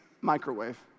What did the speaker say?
microwave